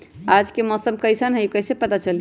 आज के मौसम कईसन हैं कईसे पता चली?